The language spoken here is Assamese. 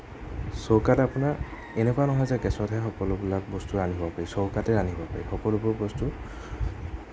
চৌকাত আপোনাৰ এনেকুৱা নহয় যে গেছতহে সকলোবিলাক বস্তু ৰান্ধিব পাৰি চৌকাতো ৰান্ধিব পাৰি সকলোবোৰ বস্তু